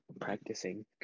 practicing